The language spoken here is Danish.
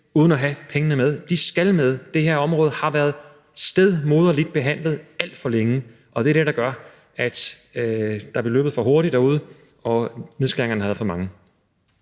uden at have pengene med. De skal med. Det her område har været stedmoderligt behandlet alt for længe, og det er det, der gør, at der bliver løbet for hurtigt derude, og at nedskæringerne har været for mange.